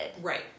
Right